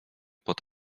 pod